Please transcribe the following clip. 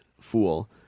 fool